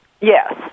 Yes